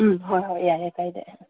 ꯎꯝ ꯍꯣꯏ ꯍꯣꯏ ꯌꯥꯏꯌꯦ ꯀꯥꯏꯗꯦ